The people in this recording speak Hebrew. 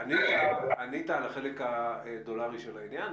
ענית על החלק הדולרי של העניין.